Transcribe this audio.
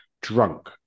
drunk